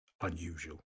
unusual